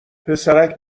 پسرک